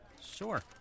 Sure